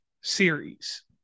series